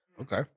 Okay